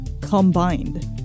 combined